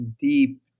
deep